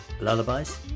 Lullabies